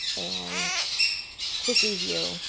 and quickly view.